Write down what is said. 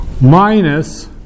minus